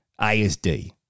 asd